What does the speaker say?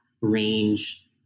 range